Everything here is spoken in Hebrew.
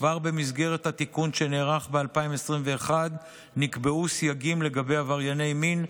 כבר במסגרת התיקון שנערך ב-2021 נקבעו סייגים לגבי עברייני מין,